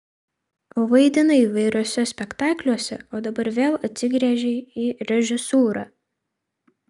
vaidinai įvairiuose spektakliuose o dabar vėl atsigręžei į režisūrą